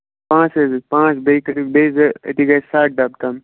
پانٛژھ حظ پانٛژھ بیٚیہِ کٔرِو بیٚیہِ زٕ أتی گژھِ سَتھ ڈَبہٕ تِم